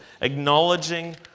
acknowledging